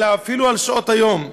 אלא אפילו בשעות היום.